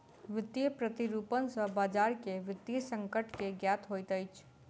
वित्तीय प्रतिरूपण सॅ बजार के वित्तीय संकट के ज्ञात होइत अछि